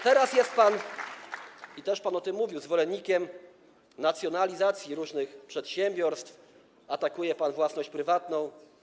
Teraz jest pan, i też pan o tym mówił, zwolennikiem nacjonalizacji różnych przedsiębiorstw, atakuje pan własność prywatną.